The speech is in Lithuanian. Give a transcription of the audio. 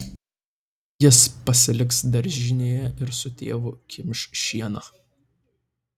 jis pasiliks daržinėje ir su tėvu kimš šieną